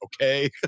okay